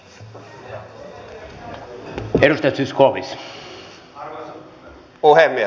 arvoisa puhemies